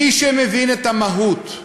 מי שמבין את המהות,